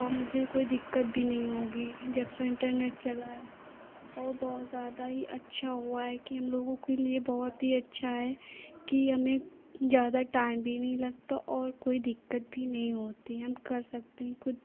और मुझे कोई दिक्कत भी नहीं होगी जबसे इन्टरनेट चला है और बहुत ज़्यादा ही अच्छा हुआ है कि हमलोगों के लिए बहुत ही अच्छा है कि हमें ज़्यादा टाइम भी नहीं लगता और कोई दिक्कत भी नहीं होती हम कर सकते हैं खुद